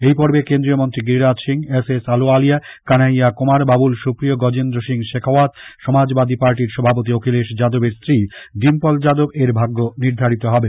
এই পর্বে কেন্দ্রীয় মন্ত্রী গিরিরাজ সিং এস এস আলুয়ালিয়া কানাইয়া কুমার বাবুলসুপ্রিয় গজেন্দ্র সিং শেখাওয়াত সমাজবাদী পার্টির সভাপতি অখিলেশ যাদবের স্ত্রী ডিম্পল যাদব এর ভাগ্য নির্ধারিত হবে